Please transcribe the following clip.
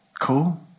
Cool